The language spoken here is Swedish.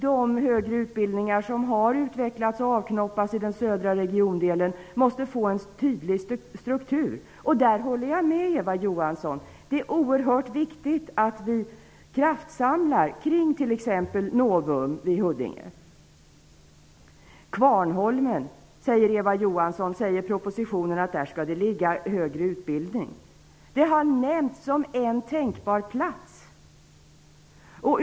De högre utbildningar som har utvecklats och avknoppats till den södra regionen måste få en tydlig struktur. I det fallet håller jag med Eva Johansson. Det är oerhört viktigt med en kraftsamling vid t.ex. Novum i Huddinge. Eva Johansson säger att det i propositionen står att det skall finnas högre utbildning på Kvarnholmen. Kvarnholmen har nämnts som en tänkbar plats.